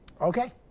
Okay